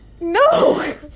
no